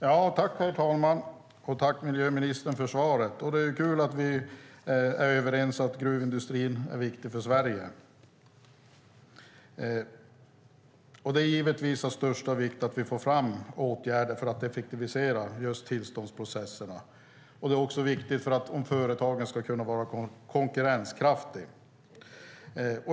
Herr talman! Tack för svaret, miljöministern! Det är kul att vi är överens om att gruvindustrin är viktig för Sverige. Det är givetvis av största vikt att vi får fram åtgärder för att effektivisera tillståndsprocesserna. Det är också viktigt om företagen ska kunna vara konkurrenskraftiga.